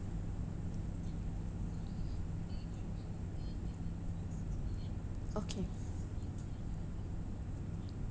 okay